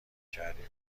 کردیم